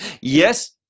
Yes